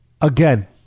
again